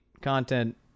content